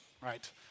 right